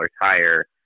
higher